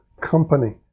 company